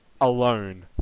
alone